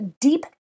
deep